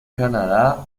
canadá